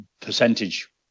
percentage